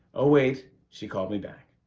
oh, wait, she called me back.